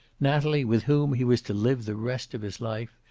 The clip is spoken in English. natalie with whom he was to live the rest of his life,